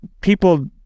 people